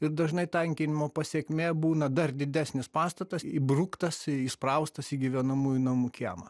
ir dažnai tankinimo pasekmė būna dar didesnis pastatas įbruktas įspraustas į gyvenamųjų namų kiemą